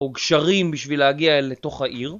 או גשרים בשביל להגיע לתוך העיר